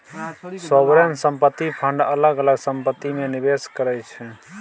sovereign संपत्ति fund अलग अलग संपत्ति मे निबेस करै छै